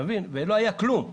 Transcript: ולא היה כלום.